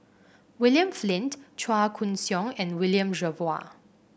William Flint Chua Koon Siong and William Jervois